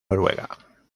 noruega